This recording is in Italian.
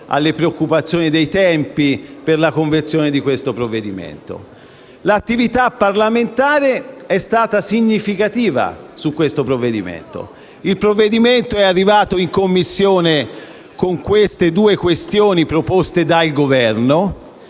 alle preoccupazioni circa i tempi di conversione di questo decreto-legge. L'attività parlamentare è stata significativa su questo provvedimento. Esso è arrivato in Commissione con queste due questioni proposte dal Governo,